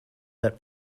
that